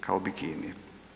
Kao bikini.